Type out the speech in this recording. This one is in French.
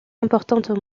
importantes